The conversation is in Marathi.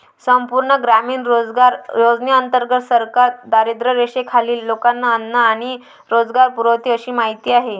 संपूर्ण ग्रामीण रोजगार योजनेंतर्गत सरकार दारिद्र्यरेषेखालील लोकांना अन्न आणि रोजगार पुरवते अशी माहिती आहे